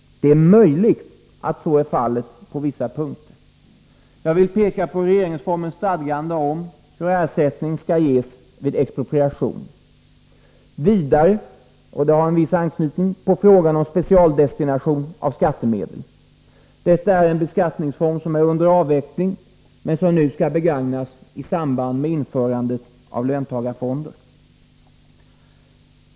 Det är möjligt att så är fallet på vissa punkter. Jag vill peka på regeringsformens stadgande om hur ersättning skall ges vid expropriation och vidare — det har en viss anknytning — på frågan om specialdestination av skattemedel. Detta är en beskattningsform som är under avveckling, men som nu skall begagnas i samband med införandet av löntagarfonder.